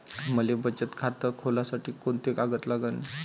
मले बचत खातं खोलासाठी कोंते कागद लागन?